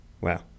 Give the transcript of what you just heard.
Wow